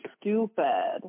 stupid